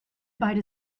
beide